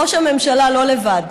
ראש הממשלה לא לבד.